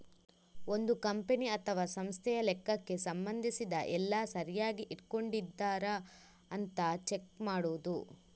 ಒಂದು ಕಂಪನಿ ಅಥವಾ ಸಂಸ್ಥೆಯ ಲೆಕ್ಕಕ್ಕೆ ಸಂಬಂಧಿಸಿದ ಎಲ್ಲ ಸರಿಯಾಗಿ ಇಟ್ಕೊಂಡಿದರಾ ಅಂತ ಚೆಕ್ ಮಾಡುದು